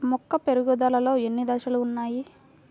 మొక్క పెరుగుదలలో ఎన్ని దశలు వున్నాయి?